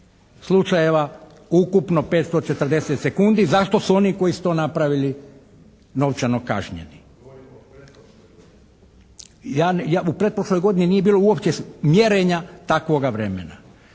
slučajeva, ukupno 540 sekundi za što su oni koji su to napravili novčano kažnjeni. … /Upadica se ne razumije./ … Ja, u pretprošloj godini nije bilo uopće mjerenja takvoga vremena.